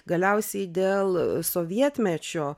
galiausiai dėl sovietmečio